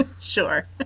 sure